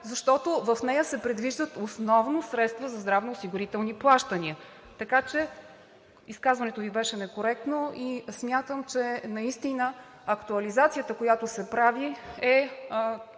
защото в нея се предвиждат основно средства за здравноосигурителни плащания, така че изказването Ви беше некоректно. Смятам, че актуализацията, която се прави, е